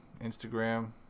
Instagram